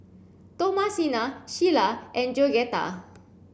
Thomasina Shyla and Georgetta